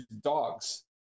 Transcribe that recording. dogs